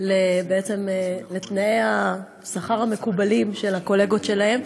בעצם לתנאי השכר המקובלים של הקולגות שלהם.